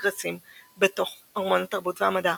הקונגרסים בתוך ארמון התרבות והמדע,